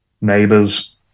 neighbors